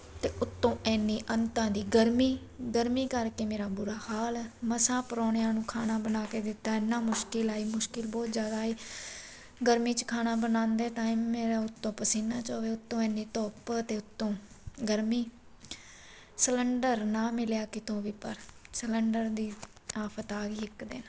ਅਤੇ ਉੱਤੋਂ ਇੰਨੀ ਅੰਤਾਂ ਦੀ ਗਰਮੀ ਗਰਮੀ ਕਰਕੇ ਮੇਰਾ ਬੁਰਾ ਹਾਲ ਮਸਾਂ ਪ੍ਰਾਹੁਣਿਆਂ ਨੂੰ ਖਾਣਾ ਬਣਾ ਕੇ ਦਿੱਤਾ ਇੰਨਾਂ ਮੁਸ਼ਕਿਲ ਆਈ ਮੁਸ਼ਕਿਲ ਬਹੁਤ ਜ਼ਿਆਦਾ ਆਈ ਗਰਮੀ 'ਚ ਖਾਣਾ ਬਣਾਉਂਦੇ ਟਾਈਮ ਮੇਰਾ ਉੱਤੋਂ ਪਸੀਨਾ ਚੋਵੇ ਉੱਤੋਂ ਇੰਨੀ ਧੁੱਪ ਅਤੇ ਉੱਤੋਂ ਗਰਮੀ ਸਿਲੰਡਰ ਨਾ ਮਿਲਿਆ ਕਿਤੋਂ ਵੀ ਪਰ ਸਿਲੰਡਰ ਦੀ ਆਫਤ ਆ ਗਈ ਇੱਕ ਦਿਨ